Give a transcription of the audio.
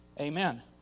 Amen